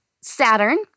Saturn